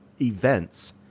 events